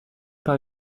par